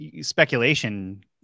speculation